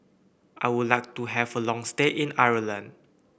I would like to have a long stay in Ireland